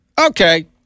Okay